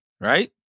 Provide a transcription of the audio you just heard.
right